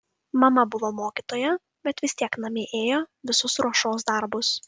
mama buvo mokytoja bet vis tiek namie ėjo visus ruošos darbus